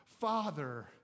Father